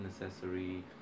necessary